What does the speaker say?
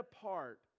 apart